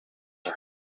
for